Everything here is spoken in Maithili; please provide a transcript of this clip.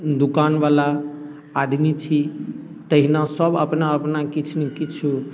दुकानबला आदमी छी तहिना सब अपना अपना किछुमे किछु